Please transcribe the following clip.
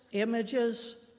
images,